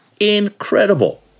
incredible